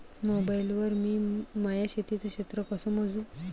Mobile वर मी माया शेतीचं क्षेत्र कस मोजू?